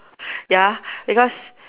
ya because